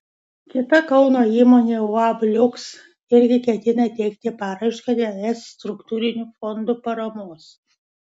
kita kauno įmonė uab liuks irgi ketina teikti paraišką dėl es struktūrinių fondų paramos